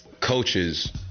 coaches